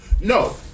no